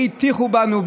והטיחו בנו,